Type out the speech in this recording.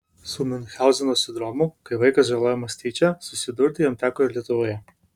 su miunchauzeno sindromu kai vaikas žalojamas tyčia susidurti jam teko ir lietuvoje